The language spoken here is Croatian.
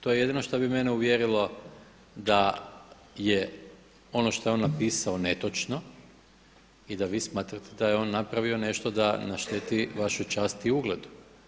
To je jedino što bi mene uvjerilo da je ono što je on napisao netočno i da vi smatrate da je on napravio nešto da našteti vašoj časti i ugledu.